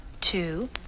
two